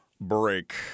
break